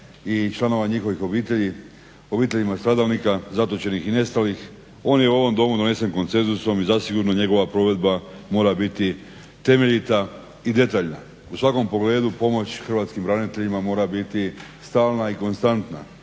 i članova njihovih obitelji, obiteljima stradalnika, zatočenih i nestalih. On je u ovom Domu donesen konsenzusom i zasigurno njegova provedba mora biti temeljita i detaljna. U svakom pogledu pomoć hrvatskim braniteljima mora biti stalna i konstantna.